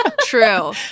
true